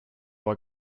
what